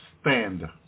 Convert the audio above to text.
stand